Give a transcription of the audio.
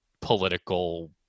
political